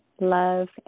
love